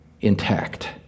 intact